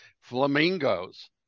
Flamingos